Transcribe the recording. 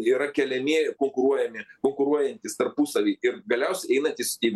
yra keliami konkuruojami konkuruojantys tarpusavy ir galiausiai einantys į